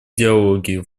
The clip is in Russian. идеологии